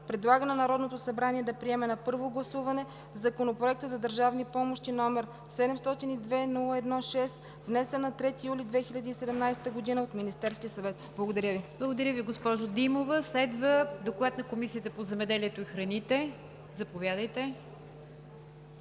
предлага на Народното събрание да приеме на първо гласуване Законопроект за държавните помощи, № 702-01-6, внесен на 3 юли 2017 г. от Министерския съвет.“ Благодаря Ви. ПРЕДСЕДАТЕЛ НИГЯР ДЖАФЕР: Благодаря Ви, госпожо Димова. Следва доклад на Комисията по земеделието и храните. Заповядайте,